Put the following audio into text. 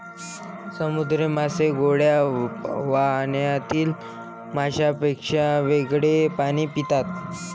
समुद्री मासे गोड्या पाण्यातील माशांपेक्षा वेगळे पाणी पितात